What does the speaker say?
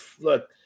look